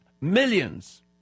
millions